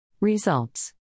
Results